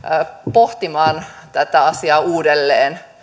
pohtimaan asiaa uudelleen